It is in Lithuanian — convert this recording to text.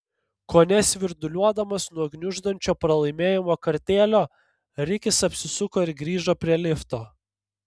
kone svirduliuodamas nuo gniuždančio pralaimėjimo kartėlio rikis apsisuko ir grįžo prie lifto